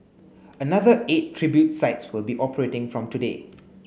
another eight tribute sites will be operating from today